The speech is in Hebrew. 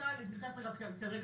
רוצה להתייחס ברמת